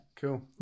Cool